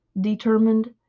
determined